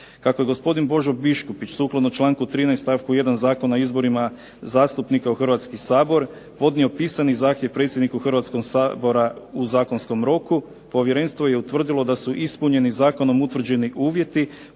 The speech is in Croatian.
Kako je gospodin Božo Biškupić sukladno članku 13. stavku 1. Zakona o izborima zastupnika u Hrvatski sabor podnio pisani zahtjev predsjedniku Hrvatskog sabora u zakonskom roku Povjerenstvo je utvrdilo da su ispunjeni zakonom utvrđeni uvjeti